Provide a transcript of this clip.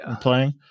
playing